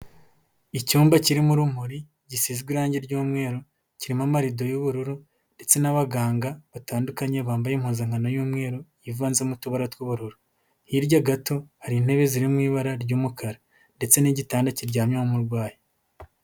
Icyumba kirimo urumuri gisizwe irangi ry'umweru, kirimo amarado y'ubururu ndetse n'abaganga batandukanye bambaye impuzankano y'umweru ivanzemo tubara tw'ubururu. Hirya gato hari intebe ziri mu ibara ry'umukara, ndetse n'igitanda kiryamye umurwayi.